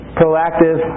proactive